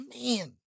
man